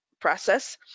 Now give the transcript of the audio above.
process